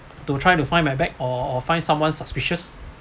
to try to find my bag or or find someone suspicious